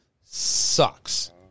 sucks